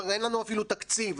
אין לנו אפילו תקציב.